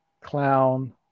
clown